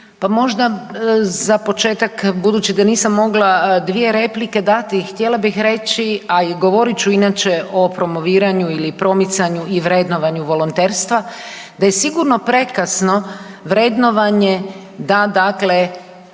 možda za početak, budući da nisam mogla dvije replike dati, htjela bih reći, a i govorit ću inače o promoviranju ili promicanju i vrednovanju volonterstva da je sigurno prekasno vrednovanje, da, dakle,